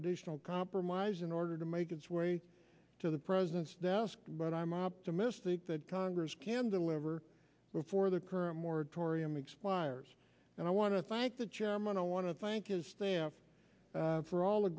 additional compromise in order to make its way to the president's desk but i'm optimistic that congress can deliver before the current moratorium expires and i want to thank the chairman i want to thank his staff for all a